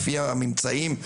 לפי הממצאים,